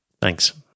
Thanks